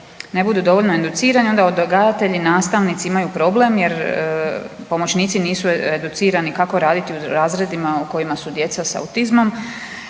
ne budu dovoljno educirani i onda odgajatelji, nastavnici imaju problem jer pomoćnici nisu educirani kako raditi u razredima u kojima su djeca s autizmom.